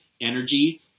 energy